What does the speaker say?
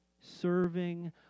serving